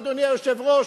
אדוני היושב-ראש,